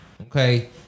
Okay